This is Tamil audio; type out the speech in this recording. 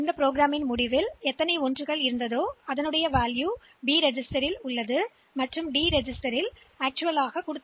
எனவே பி பதிவேட்டில் டி பதிவேட்டில் உள்ள அசலில் உள்ளவற்றின் ஒன்றின் எண்ணிக்கை இருக்கும்